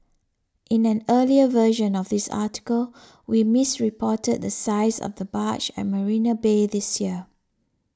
in an earlier version of this article we misreported the size of the barge at Marina Bay this year